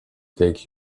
take